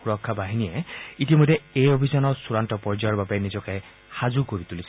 সুৰক্ষা বাহিনী ইতিমধ্যে এই অভিযানৰ চুড়ান্ত পৰ্যায়ৰ বাবে নিজকে সাজু কৰি তুলিছে